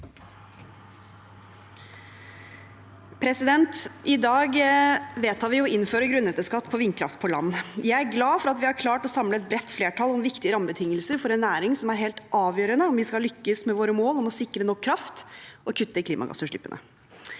I dag vedtar vi å innføre grunnrenteskatt på vindkraft på land. Jeg er glad for at vi har klart å samle et bredt flertall om viktige rammebetingelser for en næring som er helt avgjørende om vi skal lykkes med våre mål om å sikre nok kraft og kutte i klimagassutslippene.